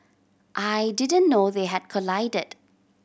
I didn't know they had collided